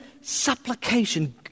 supplication